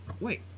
wait